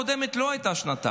שהממשלה הקודמת לא הייתה שנתיים.